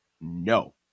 No